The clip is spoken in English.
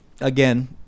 again